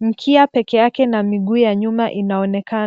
Mkia peke yake na miguu ya nyuma inaonekana.